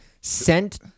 sent